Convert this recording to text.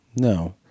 no